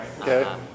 Okay